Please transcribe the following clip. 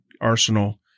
arsenal